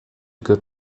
good